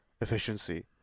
efficiency